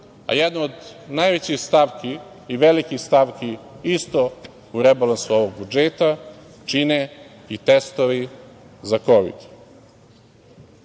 a jedno od najvećih stavki i velikih stavki isto u rebalansu ovog budžeta čine i testovi za Kovid.